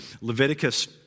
Leviticus